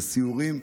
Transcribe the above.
לסיורים.